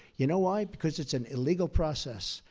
you know why? because it's an illegal process,